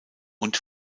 und